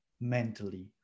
mentally